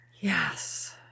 yes